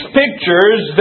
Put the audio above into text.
pictures